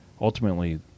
ultimately